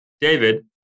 David